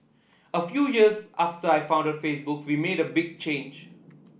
a few years after I founded Facebook we made a big change